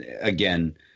again